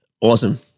Awesome